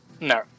no